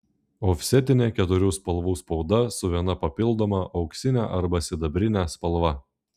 ofsetinė keturių spalvų spauda su viena papildoma auksine arba sidabrine spalva